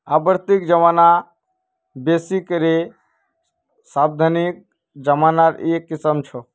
आवर्ती जमा बेसि करे सावधि जमार एक किस्म छ